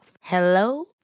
Hello